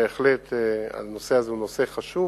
בהחלט הנושא הזה הוא נושא חשוב.